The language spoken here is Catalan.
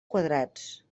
quadrats